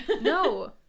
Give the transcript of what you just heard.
No